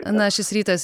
na šis rytas